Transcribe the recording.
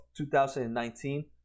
2019